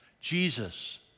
Jesus